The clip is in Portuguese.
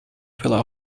pela